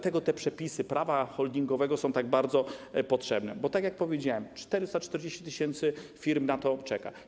Te przepisy prawa holdingowego są tak bardzo potrzebne, dlatego że - tak jak powiedziałem - 440 tys. firm na to czeka.